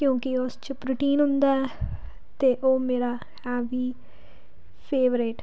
ਕਿਉਂਕਿ ਉਸ 'ਚ ਪ੍ਰੋਟੀਨ ਹੁੰਦਾ ਅਤੇ ਉਹ ਮੇਰਾ ਹੈ ਵੀ ਫੇਵਰੇਟ